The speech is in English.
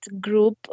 group